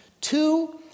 Two